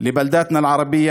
אסירים ברשימה המשותפת.